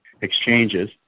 exchanges